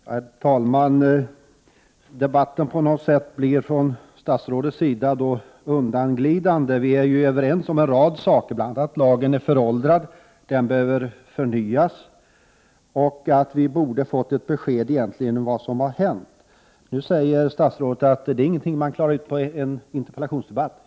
Herr talman! Debatten från statsrådets sida blir på något sätt undanglidande. Vi är ju överens om en rad saker, bl.a. att lagen är föråldrad — den behöver förnyas — och att vi egentligen borde ha fått ett besked om vad som har hänt och vad regeringen planerar. Nu säger statsrådet, helt riktigt, att det inte är någonting man klarar ut vid en interpellationsdebatt.